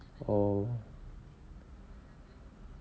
oh